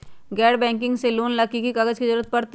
गैर बैंकिंग से लोन ला की की कागज के जरूरत पड़तै?